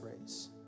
race